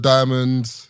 Diamonds